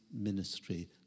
ministry